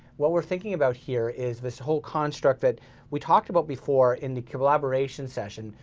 what we're thinking about here is this whole construct that we talked about before in the collaboration session,